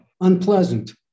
unpleasant